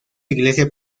iglesia